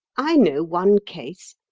i know one case.